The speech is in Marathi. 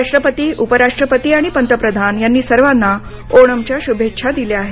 राष्ट्रपती उपराष्ट्रपती आणि पंतप्रधान यांनी सर्वांना ओणमच्या शुभेच्छा दिल्या आहेत